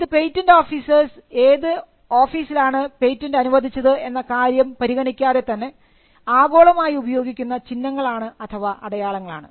ഇത് patent officers ഏത് ഓഫീസിലാണ് പേറ്റന്റ് അനുവദിച്ചത് എന്ന കാര്യം പരിഗണിക്കാതെ തന്നെ ആഗോളമായി ഉപയോഗിക്കുന്ന ചിഹ്നങ്ങളാണ് അഥവാ അടയാളങ്ങളാണ്